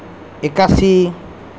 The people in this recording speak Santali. ᱮᱠᱟᱥᱤ